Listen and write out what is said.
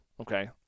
okay